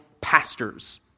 pastors